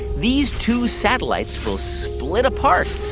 these two satellites will split apart.